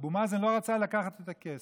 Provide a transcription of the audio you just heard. שאבו מאזן לא רצה לקחת את הכסף,